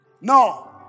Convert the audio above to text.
No